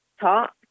talk